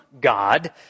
God